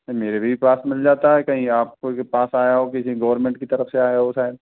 नहीं मेरी ही पास मिल जाता है कहीं आपको के पास आया हो किसी गोर्मेंट कि तरफ से आया हो शायद